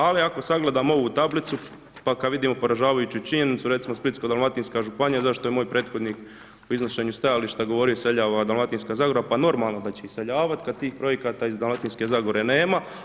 Ali, ako sagledamo ovu tablicu, pa kad vidimo poražavajuću činjenicu, recimo, Splitsko-dalmatinska županija, zato što je moj prethodnik u iznošenju stajališta govorio iseljava Dalmatinska zagora, pa normalno da će iseljavati, kad ti projekata iz Dalmatinske zagore nema.